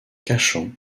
cachan